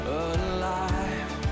alive